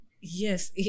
Yes